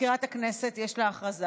למזכירת הכנסת יש הודעה.